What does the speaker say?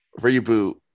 reboot